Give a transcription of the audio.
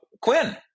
Quinn